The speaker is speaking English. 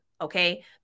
Okay